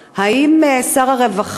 האם שר הרווחה,